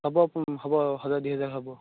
ହବ ହବ ହଜାର ଦୁଇହଜାର ହବ